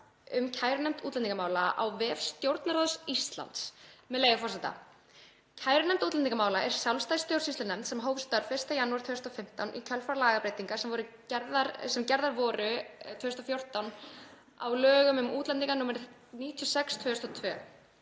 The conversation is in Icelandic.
um kærunefnd útlendingamála á vef Stjórnarráðs Íslands, með leyfi forseta: „Kærunefnd útlendingamála er sjálfstæð stjórnsýslunefnd sem hóf störf 1. janúar 2015 í kjölfar lagabreytinga sem gerðar voru vorið 2014 á lögum um útlendinga nr. 96/2002.